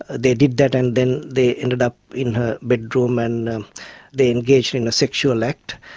they did that and then they ended up in her bedroom and they engaged in a sexual act.